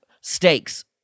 stakes